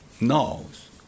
knows